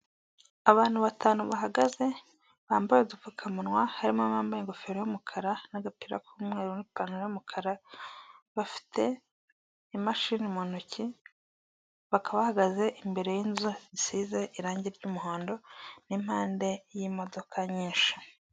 Abantu batanu bahagaze bambaye udupfukamunwa. Harimo bambaye ingofero y'umukara n'agapira k'umweru n'ipantaro y'umukara. Bafite imashini mu ntoki, bakahagaze imbere y'inzu isize irangi y'umuhondo n'impande y'imodoka nyinshi.